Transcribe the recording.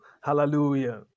Hallelujah